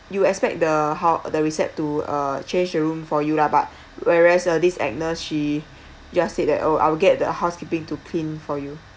you expect the hou~ the recept~ to uh change the room for you lah but whereas uh this agnes she just said that oh I will get the housekeeping to clean for you